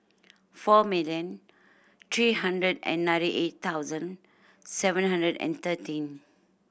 four million three hundred and ninety eight thousand seven hundred and thirteen